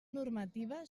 normativa